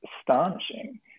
astonishing